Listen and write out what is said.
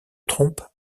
trompe